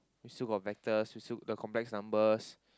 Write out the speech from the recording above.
still got vectors we still got the complex numbers